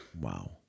Wow